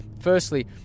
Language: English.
firstly